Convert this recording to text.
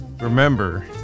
remember